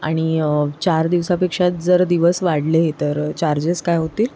आणि चार दिवसापेक्षा जर दिवस वाढले तर चार्जेस काय होतील